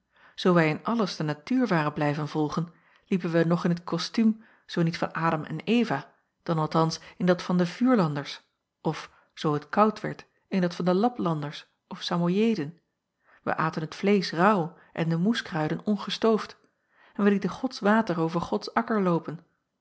oo wij in alles de natuur waren blijven volgen liepen wij nog in t kostuum zoo niet van dam en va dan althans in dat van de uur acob van ennep laasje evenster delen landers of zoo het koud werd in dat van de aplanders of amojeden wij aten t vleesch raauw en de moeskruiden ongestoofd en wij lieten ods water over ods akker loopen